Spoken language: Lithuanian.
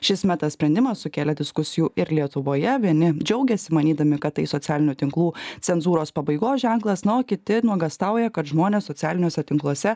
šis meta sprendimas sukėlė diskusijų ir lietuvoje vieni džiaugėsi manydami kad tai socialinių tinklų cenzūros pabaigos ženklas na o kiti nuogąstauja kad žmonės socialiniuose tinkluose